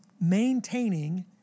maintaining